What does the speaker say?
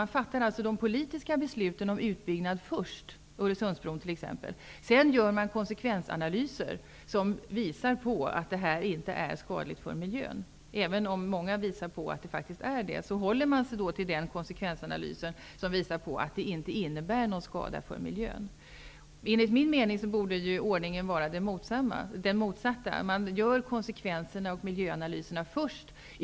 Man fattar först de politiska besluten om utbyggnad, t.ex. av Öresundsbron. Sedan gör man konsekvensanalyser som visar att miljön inte skadas. Även om många andra kan visa att utbyggnaden är miljöfarlig, håller man sig till den konsekvensanalys som visar att miljön inte kommer att skadas. Enligt min mening borde ordningen vara den motsatta, att man gör konsekvens och miljöanalyserna först.